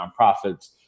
nonprofits